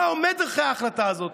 מה עומד מאחורי ההחלטה הזאת?